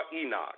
Enoch